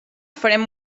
farem